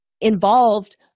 involved